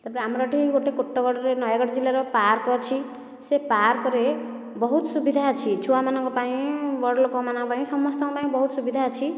ତାପରେ ଆମର ଏଠି ଗୋଟେ କୋଟଗଡ଼ରେ ନୟାଗଡ଼ ଜିଲ୍ଲାର ପାର୍କ ଅଛି ସେ ପାର୍କରେ ବହୁତ ସୁବିଧା ଅଛି ଛୁଆମାନଙ୍କ ପାଇଁ ବଡ଼ ଲୋକମାନଙ୍କ ପାଇଁ ସମସ୍ତଙ୍କ ପାଇଁ ବହୁତ ସୁବିଧା ଅଛି